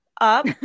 up